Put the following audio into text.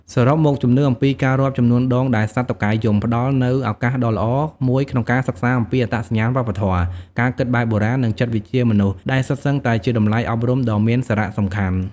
សរុបមក ជំនឿអំពីការរាប់ចំនួនដងដែលសត្វតុកែយំ ផ្តល់នូវឱកាសដ៏ល្អមួយក្នុងការសិក្សាអំពីអត្តសញ្ញាណវប្បធម៌ ការគិតបែបបុរាណ និងចិត្តវិទ្យាមនុស្ស ដែលសុទ្ធសឹងតែជាតម្លៃអប់រំដ៏មានសារៈសំខាន់។